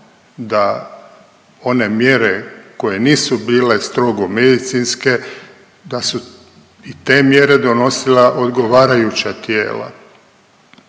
da one mjere koje nisu bile strogo medicinske, da su i te mjere donosila odgovarajuća tijela.